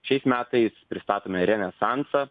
šiais metais pristatome renesansą